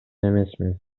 эмесмин